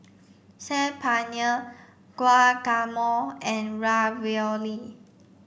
Saag Paneer Guacamole and Ravioli